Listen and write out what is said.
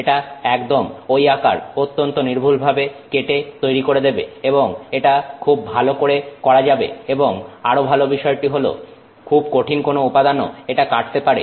এটা একদম ঐ আকার অত্যন্ত নির্ভুল ভাবে কেটে তৈরি করে দেবে এবং এটা খুব ভালো করে করা যাবে এবং আরো ভালো বিষয়টি হলো খুব কঠিন কোন উপাদানও এটা কাটতে পারে